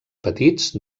petits